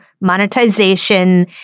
Monetization